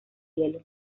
hielo